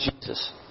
Jesus